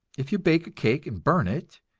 if you bake a cake and burn it,